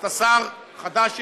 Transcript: אתה שר חדש יחסית,